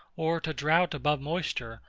or to drought above moisture,